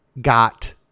got